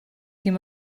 dim